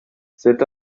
c’est